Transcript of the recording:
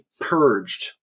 purged